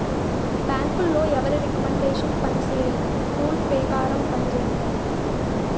బ్యాంకులో ఎవరి రికమండేషన్ పనిచేయదు రూల్ పేకారం పంజేత్తాయి